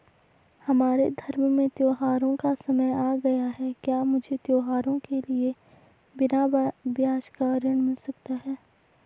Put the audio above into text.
हमारे धर्म में त्योंहारो का समय आ गया है क्या मुझे त्योहारों के लिए बिना ब्याज का ऋण मिल सकता है?